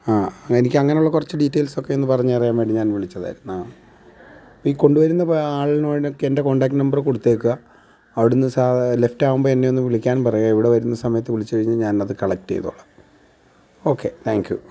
ആ എനിക്ക് അങ്ങനെയുള്ള കുറച്ച് ഡീറ്റെയിൽസ് ഒക്കെ ഒന്ന് പറഞ്ഞുതരാൻ വേണ്ടി വിളിച്ചതായിരുന്നു ഈ കൊണ്ടുവരുന്ന പ ആളിന് വേണമെങ്കിൽ എൻ്റെ കോണ്ടാക്ട് നമ്പർ കൊടുത്തേക്കുക അവിടുന്ന് സാ ലെഫ്റ്റ് ആകുമ്പോൾ എന്നെ ഒന്ന് വിളിക്കാൻ പറയുക ഇവിടെ വരുന്ന സമയത്ത് വിളിച്ചുകഴിഞ്ഞാൽ ഞാൻ അത് കളക്ട് ചെയ്തോളാം ഓക്കേ താങ്ക് യു